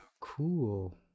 Cool